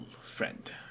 friend